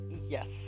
Yes